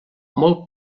molt